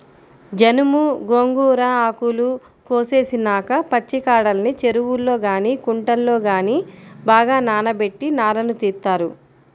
జనుము, గోంగూర ఆకులు కోసేసినాక పచ్చికాడల్ని చెరువుల్లో గానీ కుంటల్లో గానీ బాగా నానబెట్టి నారను తీత్తారు